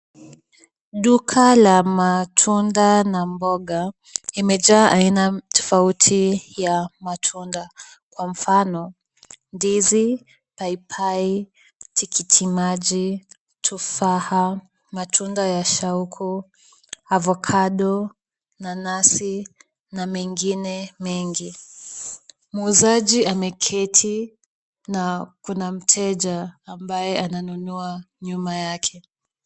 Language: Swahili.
Duka la matunda na mboga imejaa aina tofauti ya matunda kwa mfano ndizi, paipai, tikiti maji, tufaha, matunda ya shauku, avocado , nanasi na mengine mengi. Muuzaji ameketi na kuna mteja ambaye ananunua nyuma yake.